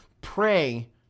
Pray